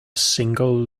single